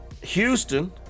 Houston